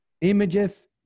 Images